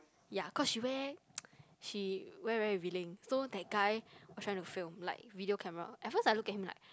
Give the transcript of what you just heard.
ya cause she wear she wear very revealing so that guy was trying to film like video camera at first I look at him like